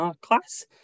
class